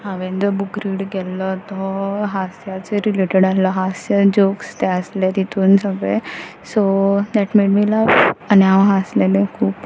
हांवें जो book read केल्लो तो हांस्याचे रिलेटेड आसलो हांस्य जोक्स ते आसले तेतून सगळे so that made me love आनी हांव हांसललें खूब